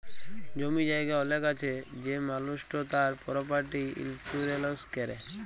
জমি জায়গা অলেক আছে সে মালুসট তার পরপার্টি ইলসুরেলস ক্যরে